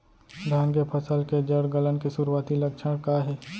धान के फसल के जड़ गलन के शुरुआती लक्षण का हे?